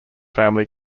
family